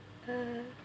uh